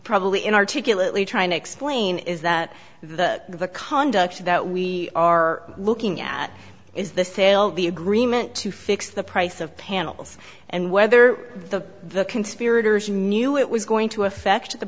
probably inarticulately trying to explain is that the conduct that we are looking at is the sale the agreement to fix the price of panels and whether the conspirators knew it was going to affect the